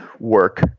Work